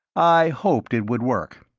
i hoped it would work.